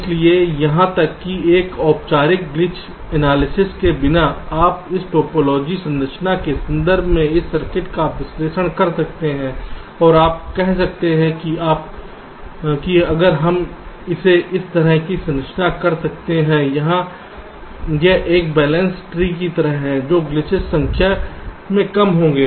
इसलिए यहां तक कि एक औपचारिक ग्लीच एनालिसिस के बिना आप इस टोपोलॉजी संरचना के संदर्भ में इस सर्किट का विश्लेषण कर सकते हैं और आप कह सकते हैं कि अगर हम इसे इस तरह से संरचना कर सकते हैं जहां यह एक बैलेंस ट्री की तरह है तो ग्लीचेस संख्या में कम होंगे